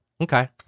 Okay